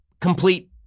complete